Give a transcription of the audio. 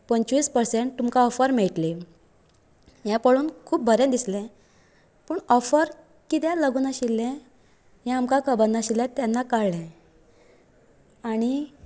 पंचवीस पर्सेंट तुमकां ऑफर मेळटली हे पळोवन खूब बरें दिसले पूण ऑफर कित्याक लागून आशिल्ले हे आमकां खबर नाशिल्ले तेन्ना कळ्ळें आनी